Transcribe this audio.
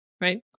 right